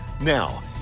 Now